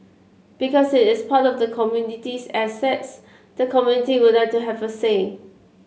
because it is part of the community's assets the community would like to have a say